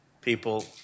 people